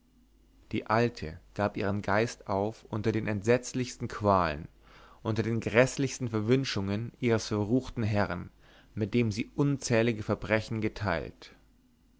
die alte gab ihren geist auf unter den entsetzlichsten qualen unter den gräßlichsten verwünschungen ihres verruchten herrn mit dem sie unzählige verbrechen geteilt